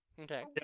Okay